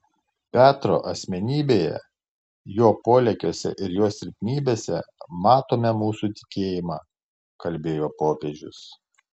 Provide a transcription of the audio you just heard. petro asmenybėje jo polėkiuose ir jo silpnybėse matome mūsų tikėjimą kalbėjo popiežius